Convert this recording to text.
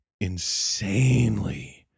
insanely